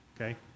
okay